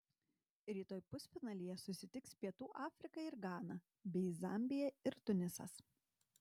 rytoj pusfinalyje susitiks pietų afrika ir gana bei zambija ir tunisas